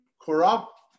corrupt